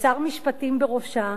ושר משפטים בראשה,